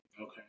okay